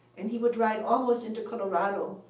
and he would ride almost into colorado,